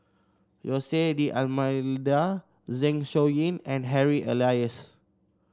Jose D'Almeida Zeng Shouyin and Harry Elias